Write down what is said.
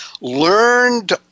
learned